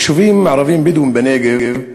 יישובים ערביים בדואיים בנגב,